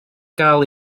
gael